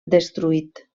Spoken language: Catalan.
destruït